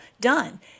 done